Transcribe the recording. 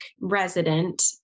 resident